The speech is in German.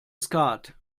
skat